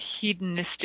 hedonistic